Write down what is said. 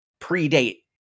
predate